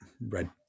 red